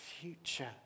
future